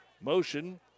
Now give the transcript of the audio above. Motion